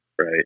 right